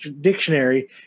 Dictionary